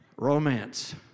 Romance